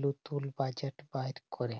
লতুল বাজেট বাইর ক্যরে